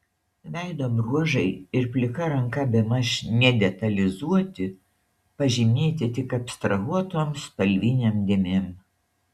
veido bruožai ir plika ranka bemaž nedetalizuoti pažymėti tik abstrahuotom spalvinėm dėmėm